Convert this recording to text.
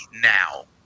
now